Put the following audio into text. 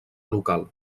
local